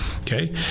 okay